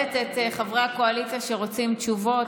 מכבדת את חברי הקואליציה שרוצים תשובות,